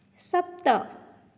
सप्त